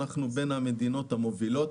אנחנו בין המדינות המובילות.